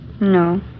No